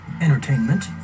Entertainment